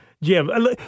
Jim